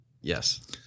yes